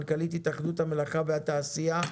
מנכ"לית התאחדות המלאכה והתעשייה,